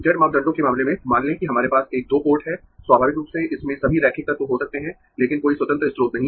Z मापदंडों के मामले में मान लें कि हमारे पास एक 2 पोर्ट है स्वाभाविक रूप से इसमें सभी रैखिक तत्व हो सकते है लेकिन कोई स्वतंत्र स्रोत नहीं